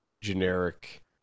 generic